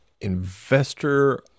Investor